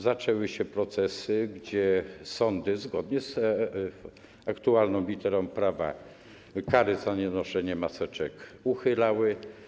Zaczęły się procesy, w których sądy, zgodnie z aktualną literą prawa, kary za nienoszenie maseczek uchylały.